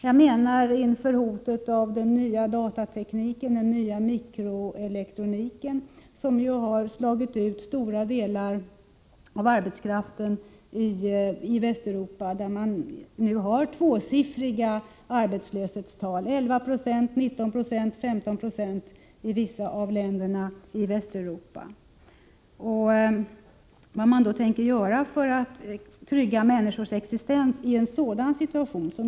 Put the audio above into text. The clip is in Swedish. Jag menar då hotet från den nya datatekniken och den nya mikroelektroniken, som ju slagit ut en stor del av arbetskraften i många västeuropeiska länder, där man nu har tvåsiffriga arbetslöshetstal — 11 96, 19 96, 15 96. Vad tänker regeringen göra för att trygga människors existens i en sådan situation?